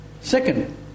Second